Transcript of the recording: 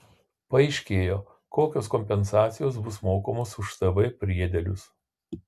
paaiškėjo kokios kompensacijos bus mokamos už tv priedėlius